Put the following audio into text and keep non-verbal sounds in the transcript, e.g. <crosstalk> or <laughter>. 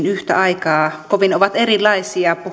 <unintelligible> yhtä aikaa jos ehdin kovin ovat erilaisia